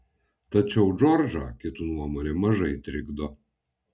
tačiau džordžą kitų nuomonė mažai trikdo